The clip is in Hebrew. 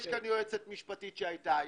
יש כאן יועצת משפטית שהייתה,